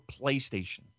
PlayStation